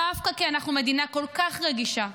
דווקא כי אנחנו מדינה כל כך רגישה,